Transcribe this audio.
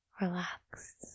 relax